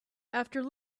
after